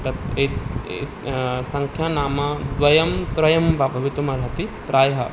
तत् A A सङ्ख्या नाम द्वयं त्रयं वा भवितुमर्हति प्रायः